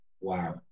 wow